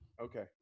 Okay